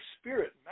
spirit